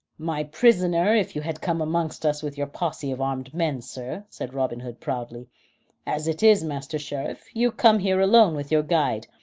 my prisoner if you had come amongst us with your posse of armed men, sir, said robin hood proudly as it is, master sheriff, you come here alone with your guide,